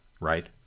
right